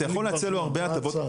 אתה יכול להציע לו הרבה הצעות.